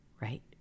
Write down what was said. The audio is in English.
right